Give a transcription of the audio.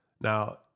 Now